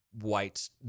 white